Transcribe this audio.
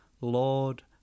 Lord